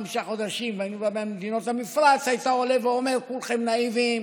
חמישה חודשים על מדינות המפרץ היית עולה ואומר: כולכם נאיביים,